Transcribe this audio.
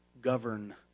govern